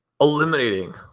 eliminating